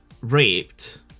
raped